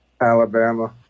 Alabama